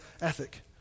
ethic